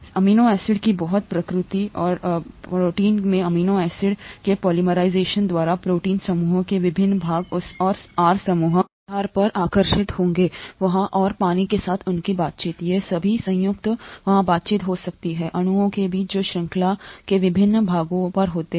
amino acid की बहुत प्रकृति और प्रोटीन में अमीनो एसिड के पोलीमराइजेशन द्वारा प्रोटीन समूह के विभिन्न भाग उस ओर समूह के आधार पर आकर्षित होंगे वहाँ और पानी के साथ उनकी बातचीत ये सभी संयुक्त वहाँ बातचीत हो सकती है अणुओं के बीच जो श्रृंखला के विभिन्न भागों पर होते हैं